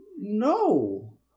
no